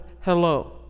Hello